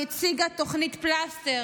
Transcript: היא הציגה תוכנית פלסטר,